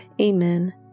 Amen